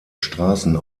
straßen